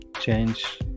change